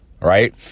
Right